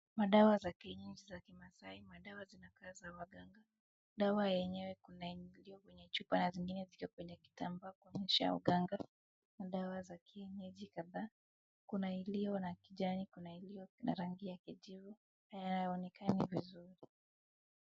Madawa za kienyeji za kimaasai, madawa zinakaa za waganga, dawa yenyewe kuna iliyo na chupa na zingine zikiwa kwenye kitambaa kuonyesha uganga, dawa za kienyeji kadhaa, kuna iliyo na kijani, kuna iliyo na rangi ya kijivu na hayaonekani vizuri.